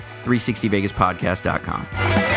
360vegaspodcast.com